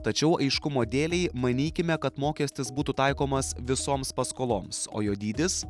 tačiau aiškumo dėlei manykime kad mokestis būtų taikomas visoms paskoloms o jo dydis